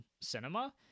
cinema